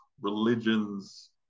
religions